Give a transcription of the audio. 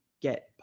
get